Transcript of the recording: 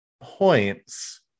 points